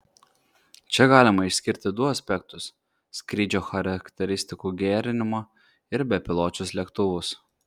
čia galima išskirti du aspektus skrydžio charakteristikų gerinimą ir bepiločius lėktuvus